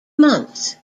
months